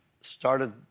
started